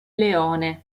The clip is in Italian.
leone